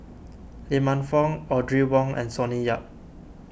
Lee Man Fong Audrey Wong and Sonny Yap